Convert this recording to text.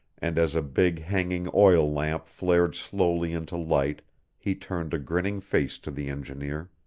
and as a big hanging oil lamp flared slowly into light he turned a grinning face to the engineer.